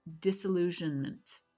disillusionment